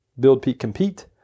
buildpeakcompete